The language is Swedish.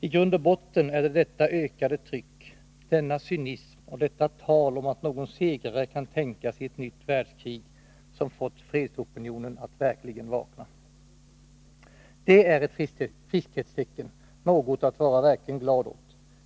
I grund och botten är det detta ökade tryck, denna cynism och detta tal om att någon segrare kan tänkas i ett nytt världskrig, som fått fredsopinionen att verkligen vakna. Det är ett friskhetstecken, något att verkligen vara glad åt.